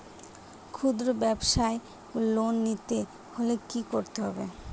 খুদ্রব্যাবসায় লোন নিতে হলে কি করতে হবে?